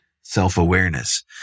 self-awareness